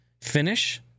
finish